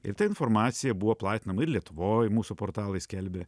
ir ta informacija buvo platinama ir lietuvoj mūsų portalai skelbė